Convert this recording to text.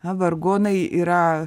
a vargonai yra